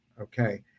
Okay